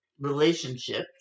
relationship